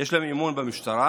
יש להם אמון במשטרה,